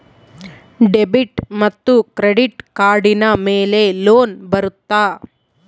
Debit ಮತ್ತು credit ಕಾರ್ಡಿನ ಮೇಲೆ ಲೋನ್ ಬರುತ್ತಾ?